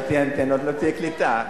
לא תהיינה אנטנות, לא תהיה קליטה.